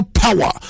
power